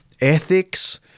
ethics